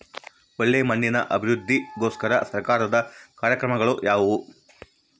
ಒಳ್ಳೆ ಮಣ್ಣಿನ ಅಭಿವೃದ್ಧಿಗೋಸ್ಕರ ಸರ್ಕಾರದ ಕಾರ್ಯಕ್ರಮಗಳು ಯಾವುವು?